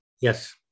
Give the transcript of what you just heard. Yes